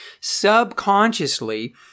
subconsciously